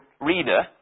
reader